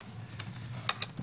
בבקשה.